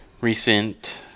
recent